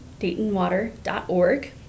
daytonwater.org